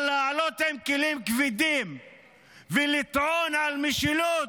אבל להעלות עם כלים כבדים ולטעון על משילות,